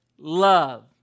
Love